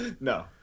no